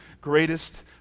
greatest